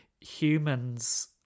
humans